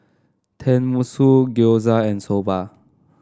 Tenmusu Gyoza and Soba